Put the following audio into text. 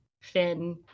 Finn